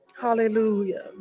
Hallelujah